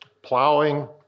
Plowing